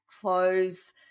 clothes